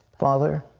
father,